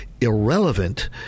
irrelevant